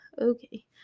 Okay